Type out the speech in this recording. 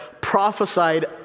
prophesied